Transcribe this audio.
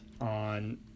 on